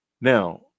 now